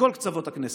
מכל קצוות הכנסת,